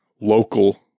local